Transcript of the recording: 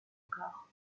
corps